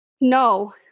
no